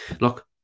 look